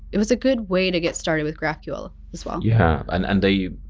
it was a good way to get started with graphql as well. yeah and and they